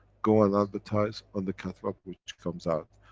go and advertise on the catalog which comes out,